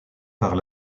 par